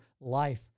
life